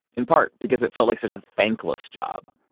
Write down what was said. in part because it felt like such a thankless job.